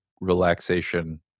relaxation